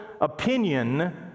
opinion